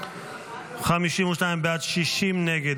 52 בעד, 60 נגד.